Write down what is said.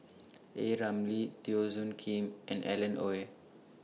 A Ramli Teo Soon Kim and Alan Oei